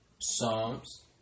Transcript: Psalms